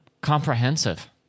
Comprehensive